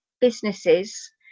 businesses